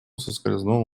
соскользнул